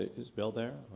is bill there,